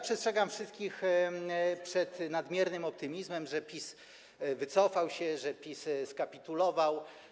Przestrzegam wszystkich przed nadmiernym optymizmem, że PiS wycofał się, że PiS skapitulował.